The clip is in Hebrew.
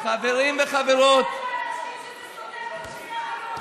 יש חלק מהאנשים שזה סותר את התפיסה היהודית שלהם שאסור לגזול.